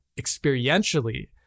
experientially